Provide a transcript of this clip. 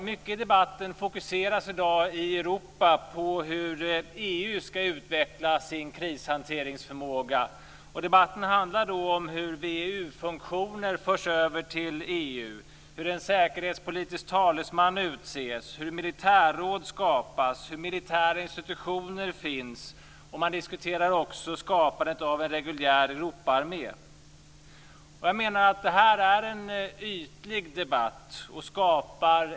Mycket i debatten fokuseras i dag i Europa på hur EU ska utveckla sin krishanteringsförmåga. Och debatten handlar då om hur VEU-funktioner förs över till EU, hur en säkerhetspolitisk talesman utses, hur militärråd skapas, hur militära institutioner finns, och man diskuterar också skapandet av en reguljär Europaarmé. Jag menar att det här är en ytlig debatt.